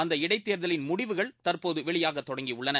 அந்த இடைத்தேர்தலின் முடிவுகள் தற்போது வெளியாக தொடங்கியுள்ளன